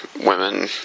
women